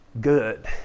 good